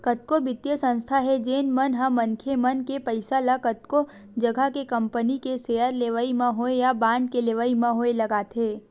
कतको बित्तीय संस्था हे जेन मन ह मनखे मन के पइसा ल कतको जघा के कंपनी के सेयर लेवई म होय या बांड के लेवई म होय लगाथे